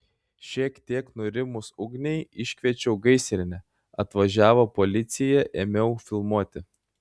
šiek tiek nurimus ugniai iškviečiau gaisrinę atvažiavo policija ėmiau filmuoti